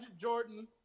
Jordan